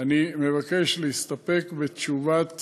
אני מבקש להסתפק בתשובת